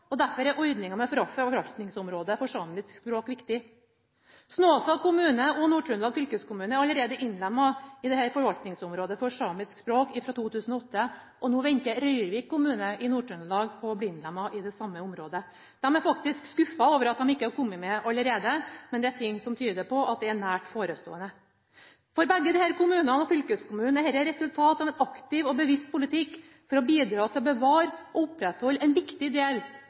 og derfor er ordninga med forvaltningsområdet for samiske språk viktig. Snåsa kommune og Nord-Trøndelag fylkeskommune er allerede innlemmet i forvaltningsområdet for samiske språk fra 2008, og nå venter Røyrvik kommune i Nord-Trøndelag på å bli innlemmet i det samme området. De er faktisk skuffet over at de ikke er kommet med allerede, men det er ting som tyder på at det er nært forestående. For begge disse kommunene og for fylkeskommunen er dette et resultat av en aktiv og bevisst politikk for å bidra til å bevare og opprettholde en viktig del